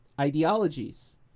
ideologies